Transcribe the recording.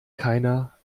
keiner